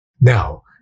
Now